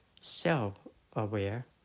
self-aware